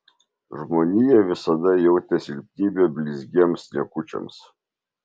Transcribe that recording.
žmonija visada jautė silpnybę blizgiems niekučiams